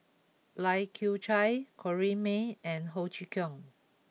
Lai Kew Chai Corrinne May and Ho Chee Kong